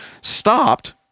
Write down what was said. stopped